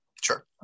sure